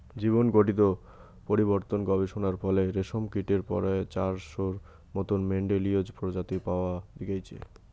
জীনঘটিত পরিবর্তন গবেষণার ফলে রেশমকীটের পরায় চারশোর মতন মেন্ডেলীয় প্রজাতি পাওয়া গেইচে